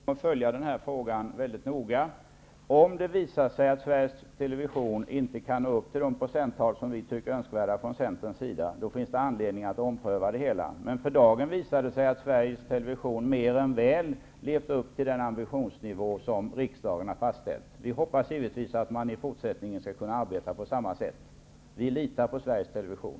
Herr talman! Jag kan lova Åke Gustavsson att vi skall följa denna fråga mycket noga. Om det visar sig att Sveriges Television inte kan nå upp till den procentandel som vi från Centern anser är önskvärd finns det anledning att ompröva detta. Men för dagen visar det sig att Sveriges Television mer än väl har levt upp till den ambitionsnivå som riksdagen har fastställt. Vi hoppas givetvis att man i fortsättningen skall kunna arbeta på samma sätt. Vi litar på Sveriges Television.